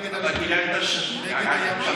מה